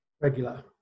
Regular